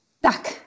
Tak